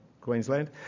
Queensland